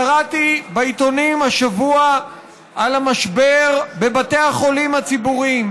קראתי בעיתונים השבוע על המשבר בבתי החולים הציבוריים,